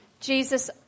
Jesus